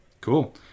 Cool